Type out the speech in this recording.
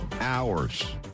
hours